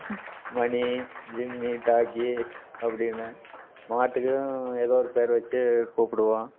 மணி Jimmy டாக்கி அப்படின்னு மாட்டுக்கும் ஏதோ ஒரு பேர் வச்சு கூப்பிடுவோம்